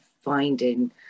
finding